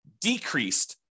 decreased